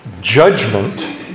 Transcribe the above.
judgment